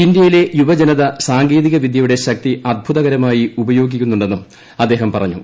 ഇന്ത്യയിലെ യുവജനത സാങ്കേതികവിദൃയുടെ ശക്തി അത്ഭുതകരമായി ഉപയോഗിക്കുന്നുണ്ടെന്നും അദ്ദേഹം പറഞ്ഞു